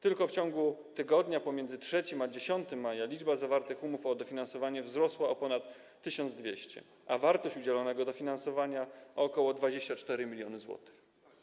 Tylko w ciągu tygodnia pomiędzy 3 a 10 maja liczba zawartych umów o dofinansowanie wzrosła o ponad 1200, a wartość udzielonego dofinansowania o ok. 24 mln zł.